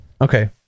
okay